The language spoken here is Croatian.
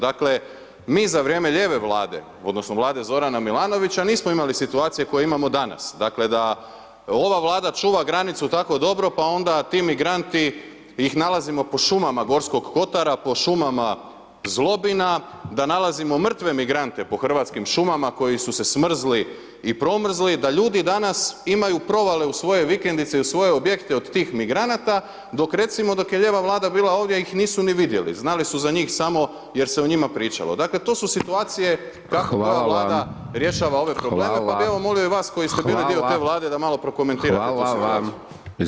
Dakle, mi za vrijeme ljeve Vlade odnosno Vlade Zorana Milanovića nismo imali situacije koje imamo danas, dakle, da ova Vlada čuva granicu tako dobro, pa onda ti migranti ih nalazimo po šumama Gorskog kotara, po šumama Zlobina, da nalazimo mrtve migrante po hrvatskim šumama koji su se smrzli i promrzli, da ljudi danas imaju provale u svoje vikendice i u svoje objekte od tih migranata, dok recimo, dok je ljeva Vlada bila ovdje, ih nisu ni vidjeli, znali su za njih samo jer se o njima pričalo, dakle, to su situacije [[Upadica: Hvala vam]] kako ova Vlada rješava ove probleme [[Upadica: Hvala]] pa bi evo molio i vas [[Upadica: Hvala]] koji ste bili dio te Vlade da malo [[Upadica: Hvala vam]] prokomentirate tu situaciju.